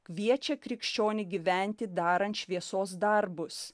kviečia krikščionį gyventi darant šviesos darbus